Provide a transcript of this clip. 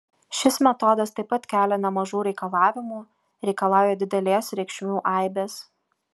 šis metodas taip pat kelia nemažų reikalavimų reikalauja didelės reikšmių aibės